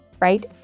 right